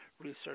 research